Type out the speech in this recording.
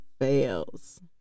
fails